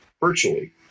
virtually